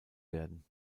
werden